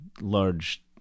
large